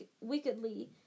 wickedly